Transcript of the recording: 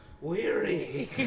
weary